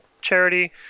charity